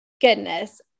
goodness